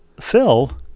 Phil